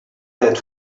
that